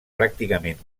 pràcticament